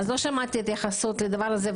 לא שמעתי התייחסות לדבר הזה,